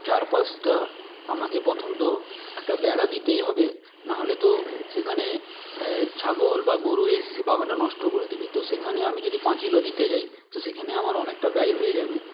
চারপাশটা আমাকে প্রথম তো একটা বেড়া দিতেই হবে নাহলে তো সেখানে ছাগল বা গরু এসে সে বাগানটা নষ্ট করে দেবে তো সেখানে আমি যদি পাঁচিলও দিতে যাই তো সেখানে আমার অনেকটা ব্যয় হয়ে যাবে